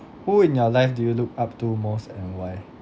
who in your life do you look up to most and why